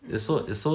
mm